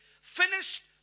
finished